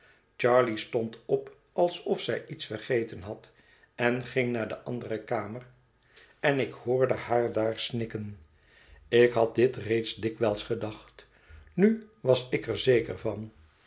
charley stond op alsof zij iets vergeten had en ging naar de andere kamer en ik hoorde haar daar snikken ik had dit reeds dikwijls gedacht nu was ik er zeker van